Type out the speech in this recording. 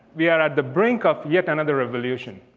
we are at the brink of yet another revolution.